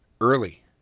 early